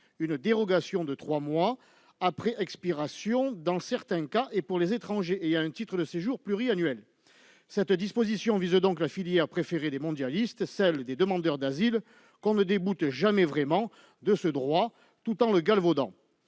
une dérogation de trois mois après expiration dans certains cas et pour les étrangers ayant un titre de séjour pluriannuel. Cette disposition vise donc la filière préférée des mondialistes : celle des demandeurs d'asile, qu'on ne déboute jamais vraiment de ce droit tout en le galvaudant.